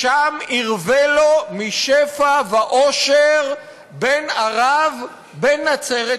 "שם ירווה לו משפע ואושר בן ערב, בן נצרת ובני",